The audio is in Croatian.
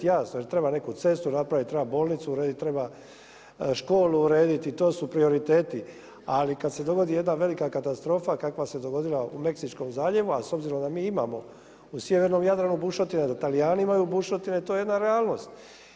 Jasno, jel treba neku cestu napraviti, treba bolnicu urediti, treba školu urediti i to su prioriteti, ali kada se dogodi jedna velika katastrofa kakva se dogodila u Meksičkom zaljevu, a s obzirom da mi imamo u sjevernom Jadranu bušotine, da Talijani imaju bušotine to je jedna realnost.